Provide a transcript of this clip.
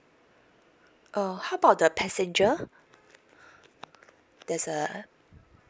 oh how about the passenger there's a